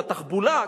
התחבולה,